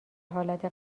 حالت